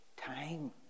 time